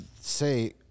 say